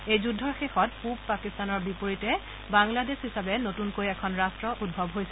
এই যুদ্ধৰ শেষত পূব পাকিস্তানৰ বিপৰীতে বাংলাদেশ হিচাপে নতুনকৈ এখন ৰট্ট উদ্ভাৱ হৈছিল